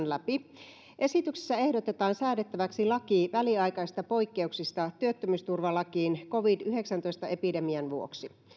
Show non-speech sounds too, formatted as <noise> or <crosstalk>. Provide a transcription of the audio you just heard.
<unintelligible> läpi esityksessä ehdotetaan säädettäväksi laki väliaikaisista poikkeuksista työttömyysturvalakiin covid yhdeksäntoista epidemian vuoksi